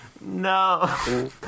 No